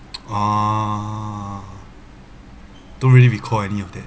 uh don't really recall any of that